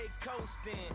coasting